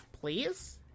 please